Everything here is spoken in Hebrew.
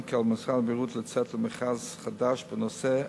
כי על משרד הבריאות לצאת למכרז חדש בנושא,